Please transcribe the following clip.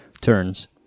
turns